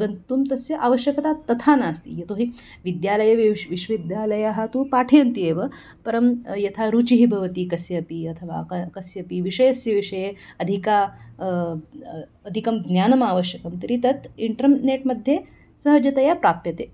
गन्तुं तस्य आवश्यकता तथा नास्ति यतो हि विद्यालये विश्व विश्वविद्यालयाः तु पाठयन्ति एव परं यथा रुचिः भवति कस्यपि अथवा क कस्यपि विषयस्य विषये अधिका अधिकं ज्ञानम् आवश्यकं तर्हि तत् इण्टर्नेट् मध्ये सहजतया प्राप्यते